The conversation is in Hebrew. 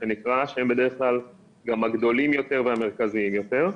שהם בדרך כלל גם הגדולים יותר והמרכזיים יותר.